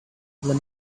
than